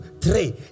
three